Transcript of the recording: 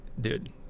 dude